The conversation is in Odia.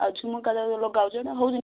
ଆଉ ଝୁମୁକା ଯେଉଁ ଲଗା ହେଉଛି ସେଇଟା ହେଉଛି